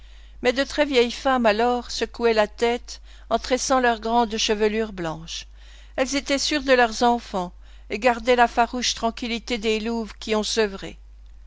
mais de très vieilles femmes alors secouaient la tête en tressant leurs grandes chevelures blanches elles étaient sûres de leurs enfants et gardaient la farouche tranquillité des louves qui ont sevré